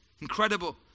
Incredible